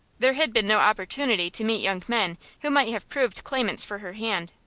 there had been no opportunity to meet young men who might have proved claimants for her hand.